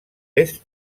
est